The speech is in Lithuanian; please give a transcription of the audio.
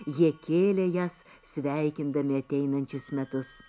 jie kėlė jas sveikindami ateinančius metus